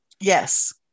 Yes